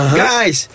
guys